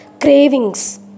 cravings